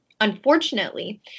Unfortunately